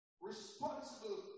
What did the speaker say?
responsible